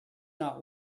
not